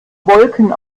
wolken